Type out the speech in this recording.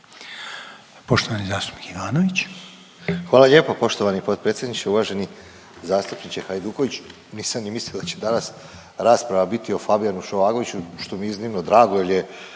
**Ivanović, Goran (HDZ)** Hvala lijepa poštovani potpredsjedniče. Uvaženi zastupniče Hajduković, nisam ni mislio da će danas rasprava biti o Fabijanu Šovagoviću što mi je iznimno drago jer je